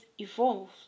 evolve